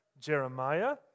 Jeremiah